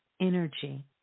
energy